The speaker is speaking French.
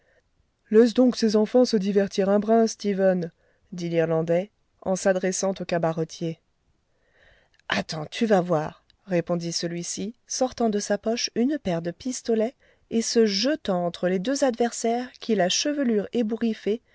laisse donc ces enfants se divertir un brin stephen dit l'irlandais en s'adressant au cabaretier attends tu vas voir répondit celui-ci sortant de sa poche une paire de pistolets et se jetant entre les deux adversaires qui la chevelure